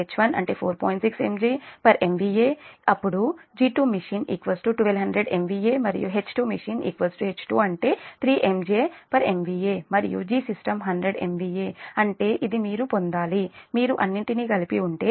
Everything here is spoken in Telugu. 6 MJ MVA అప్పుడుG2machine1200 MVA మరియుH2machine H2 అంటే 3 MJ MVA మరియుGsystem 100 MVA అంటే ఇది మీరు పొందాలి మీరు అన్నింటినీ కలిపి ఉంటే అది 54